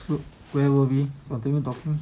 so where were we continue talking